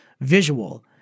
visual